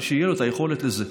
אבל שתהיה לו את היכולת לזה.